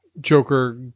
Joker